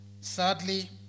Sadly